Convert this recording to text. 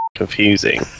confusing